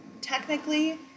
technically